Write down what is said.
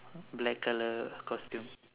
black colour costume